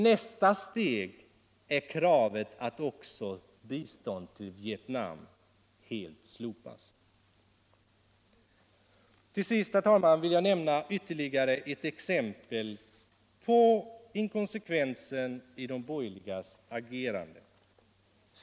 Nästa steg är kravet att även biståndet till Vietnam helt slopas. Till sist, herr talman, vill jag nämna ytterligare ett exempel på inkonsekvensen i de borgerligas agerande.